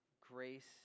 grace